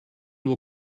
will